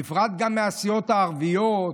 בפרט גם מהסיעות הערביות,